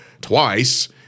twice